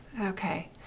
Okay